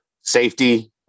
Safety